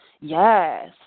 Yes